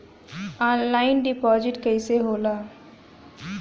Online deposit कैसे होला?